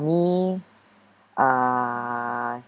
me uh